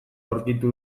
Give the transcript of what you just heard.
aurkitu